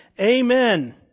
Amen